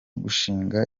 gushinga